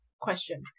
question